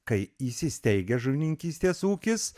kai įsisteigia žuvininkystės ūkis